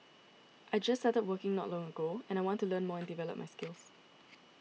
I just started working not long ago and I want to learn more and develop my skills